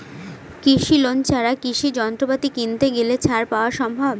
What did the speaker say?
কৃষি লোন ছাড়া কৃষি যন্ত্রপাতি কিনতে গেলে ছাড় পাওয়া সম্ভব?